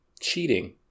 cheating